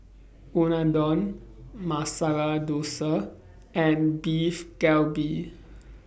Unadon Masala Dosa and Beef Galbi